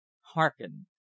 Hearken